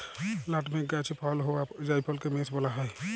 nutmeg গাহাচে ফলল হউয়া জাইফলকে মেস ব্যলা হ্যয়